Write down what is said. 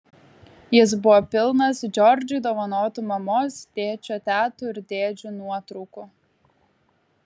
jis buvo pilnas džordžui dovanotų mamos tėčio tetų ir dėdžių nuotraukų